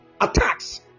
attacks